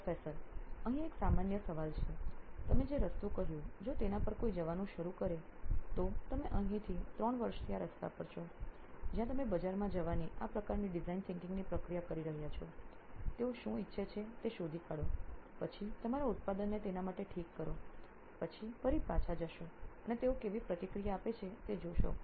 પ્રાધ્યાપક અહીં એક સામાન્ય સવાલ છે તમે જે રસ્તો કહ્યું જો તેના પર કોઈ જવાનું શરૂ કરે તો તમે અહીં 3 વર્ષથી આ રસ્તા પર છો જ્યાં તમે બજારમાં જવાની આ પ્રકારની ડિઝાઇન વિચારસરણી ની પ્રક્રિયા કરી રહ્યા છો તેઓ શું ઇચ્છે છે તે શોધી કાઢો પછી તમારા ઉત્પાદનને તેના માટે ઠીક કરો પછી ફરી પાછા જશો અને તેઓ કેવી પ્રતિક્રિયા આપે છે તે જોશે